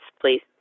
please